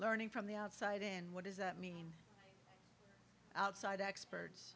learning from the outside in what does that mean outside experts